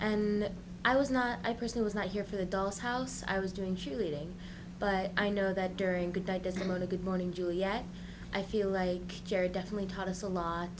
and i was not i personally was not here for the dolls house i was doing cheerleading but i know that during the day i didn't learn a good morning juliet i feel like jerry definitely taught us a lot